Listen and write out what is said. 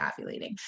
ovulating